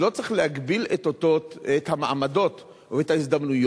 לא צריך להגביל את המעמדות או את ההזדמנויות,